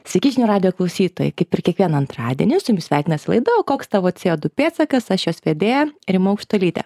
sveiki žinio radijo klausytojai kaip ir kiekvieną antradienį su jumis sveikinasi laida koks tavo co du pėdsakas aš jos vedėja rima aukštuolytė